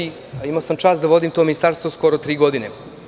Imao sam čast da vodim to ministarstvo skoro tri godine.